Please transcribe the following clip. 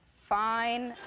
fine.